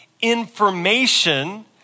information